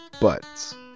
buts